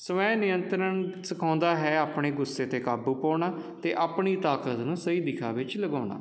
ਸਵੈ ਨਿਯੰਤਰਨ ਸਿਖਾਉਂਦਾ ਹੈ ਆਪਣੇ ਗੁੱਸੇ 'ਤੇ ਕਾਬੂ ਪਾਉਣਾ ਅਤੇ ਆਪਣੀ ਤਾਕਤ ਨੂੰ ਸਹੀ ਦਿਸ਼ਾ ਵਿੱਚ ਲਗਾਉਣਾ